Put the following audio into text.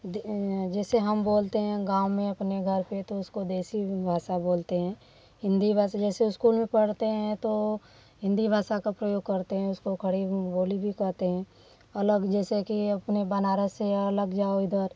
the जैसे हम बोलते हैं गाँव में अपने घरपे तो उसको देसी भी भाषा बोलते हैं हिंदी भाषा जैसे उस्कूल में पढ़ते हैं तो हिंदी भाषा का प्रयोग करते हैं उसको खड़ी बोली भी कहते हैं अलग जैसे कि अपने बनारस से या अलग जाओ इधर